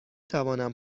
توانم